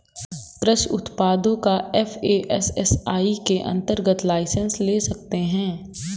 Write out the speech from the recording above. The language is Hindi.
कृषि उत्पादों का एफ.ए.एस.एस.आई के अंतर्गत लाइसेंस ले सकते हैं